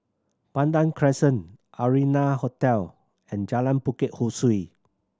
Pandan Crescent Arianna Hotel and Jalan Bukit Ho Swee